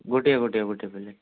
ଗୋଟିଏ ଗୋଟିଏ ଗୋଟେ ପ୍ଲେଟ୍